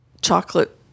chocolate